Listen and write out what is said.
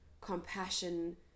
compassion